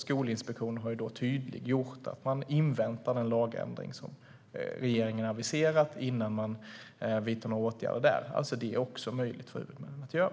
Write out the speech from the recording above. Skolinspektionen har tydliggjort att man inväntar den lagändring som regeringen aviserat innan man vidtar några åtgärder där. Detta är alltså också möjligt för huvudmännen att göra.